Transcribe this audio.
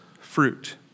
fruit